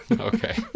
Okay